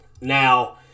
Now